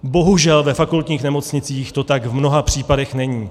Bohužel ve fakultních nemocnicích to tak v mnoha případech není.